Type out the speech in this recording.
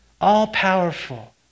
all-powerful